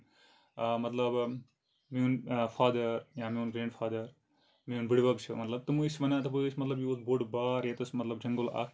مطلب میون فادر یا میون گرینٛڈ فاردر میون بٔڑِبب چھُ مطلب تِم ٲسۍ وَنان دَپان ٲسۍ مطلب یہِ اوس بوٚڑ بار ییٚتٮ۪س مطلب جنگل اکھ